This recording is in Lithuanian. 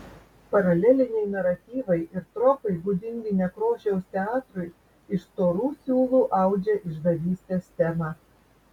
paraleliniai naratyvai ir tropai būdingi nekrošiaus teatrui iš storų siūlų audžia išdavystės temą